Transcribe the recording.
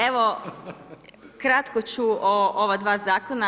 Evo kratko ću ova dva zakona.